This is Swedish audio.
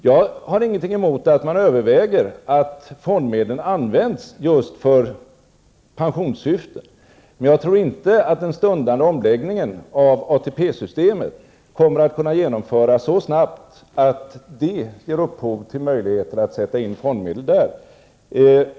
Jag har ingenting emot att man överväger att fondmedlen används just för pensionssyften, men jag tror inte att den stundande omläggningen av ATP-systemet kommer att kunna genomföras så snabbt att den ger upphov till möjligheter att sätta in fondmedel där.